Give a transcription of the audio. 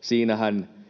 Siinähän